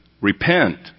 Repent